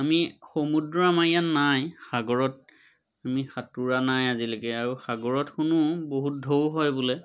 আমি সমুদ্ৰ আমাৰ ইয়াত নাই সাগৰত আমি সাঁতোৰা নাই আজিলৈকে আৰু সাগৰত শুনো বহুত ঢৌ হয় বোলে